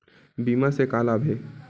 बीमा से का लाभ हे?